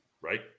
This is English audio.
Right